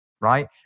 right